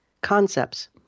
concepts